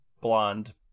blonde